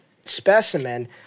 specimen